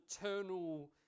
eternal